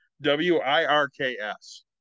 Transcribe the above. W-I-R-K-S